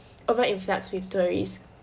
over influx with tourists